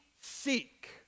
seek